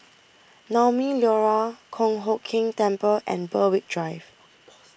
Naumi Liora Kong Hock Keng Temple and Berwick Drive